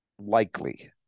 likely